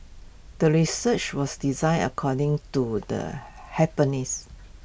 the research was designed according to the hypothesis